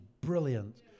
brilliant